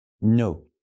No